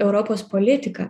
europos politika